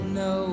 no